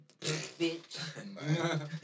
bitch